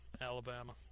alabama